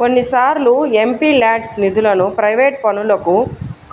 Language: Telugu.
కొన్నిసార్లు ఎంపీల్యాడ్స్ నిధులను ప్రైవేట్ పనులకు